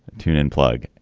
tune in plug.